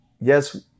yes